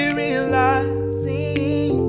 realizing